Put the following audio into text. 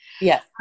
Yes